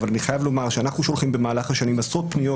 אבל אני חייב לומר שאנחנו שולחים במהלך השנים עשרות פניות